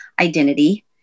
identity